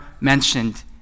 mentioned